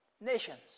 nations